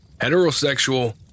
heterosexual